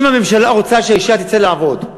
אם הממשלה רוצה שהאישה תצא לעבוד,